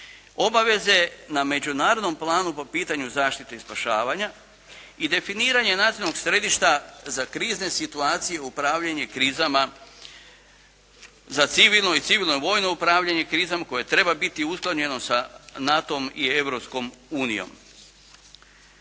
obaveze na međunarodnom planu po pitanju zaštite i spašavanja i definiranje nacionalnog središta za krizne situacije i upravljanje krizama, za civilno i civilno-vojno upravljanje krizom koje treba biti usklađeno sa NATO-om i